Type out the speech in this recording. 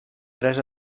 tres